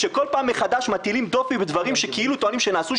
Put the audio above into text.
שכל פעם מחדש מטילים דופי בדברים שכאילו טוענים שנעשו,